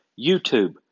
YouTube